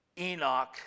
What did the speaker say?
Enoch